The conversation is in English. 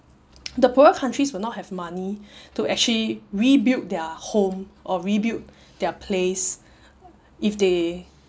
the poorer countries will not have money to actually rebuild their home or rebuild their place if they